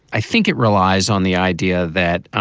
i think it relies on the idea that